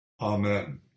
Amen